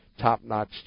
top-notch